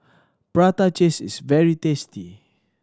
prata cheese is very tasty